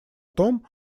том